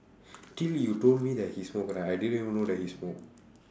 till you told me that he smoke right I didn't even know that he smoke